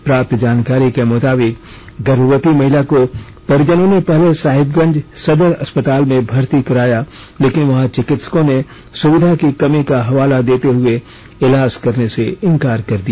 प्राप्त जानकारी के मुताबिक गर्भवती महिला को परिजनों ने पहले साहिबगंज सदर अस्पताल में भर्ती कराया लेकिन वहां चिकित्सकों ने सुविधा की कमी का हवाला देते हुए इलाज करने से इनकार कर दिया